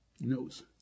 knows